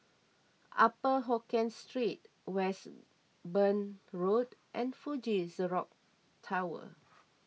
Upper Hokkien Street Westbourne Road and Fuji Xerox Tower